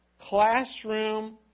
classroom